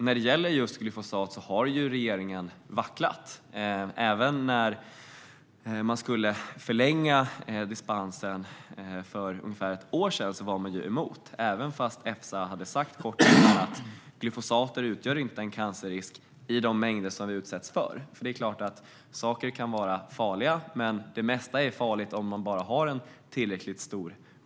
När det gäller glyfosat har ju regeringen vacklat. Även när dispensen skulle förlängas för ett år sedan var man emot det, även om Efsa hade sagt att glyfosater inte utgör en cancerrisk med de mängder som man utsätts för. Det är klart att saker kan vara farliga, men det mesta är farligt om bara koncentrationen är tillräckligt stor.